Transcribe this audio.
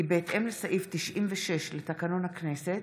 כי בהתאם לסעיף 96 לתקנון הכנסת